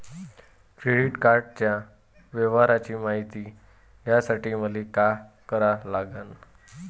Credit कार्डाच्या व्यवहाराची मायती घ्यासाठी मले का करा लागन?